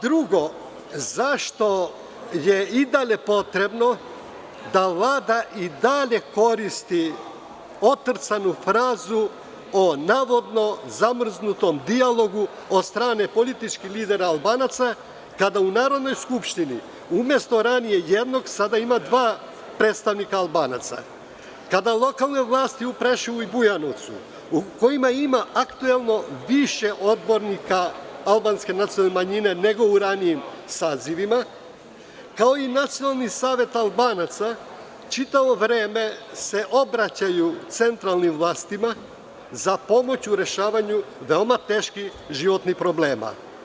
Drugo, zašto je i dalje potrebno da Vlada i dalje koristi otrcanu frazu o navodno zamrznutom dijalogu od strane političkih lidera Albanaca kada u Narodnoj skupštini umesto ranije jednog sada ima dva predstavnika Albanaca, kada lokalne vlasti u Preševu i Bujanovcu u kojima ima aktuelno više odbornika albanske nacionalne manjine nego u ranijim sazivima, kao i Nacionalni savet Albanaca sve vreme se obraćaju centralnim vlastima za pomoć u rešavanju veoma teških životnih problema?